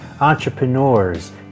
entrepreneurs